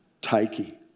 taking